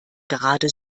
gerade